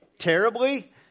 Terribly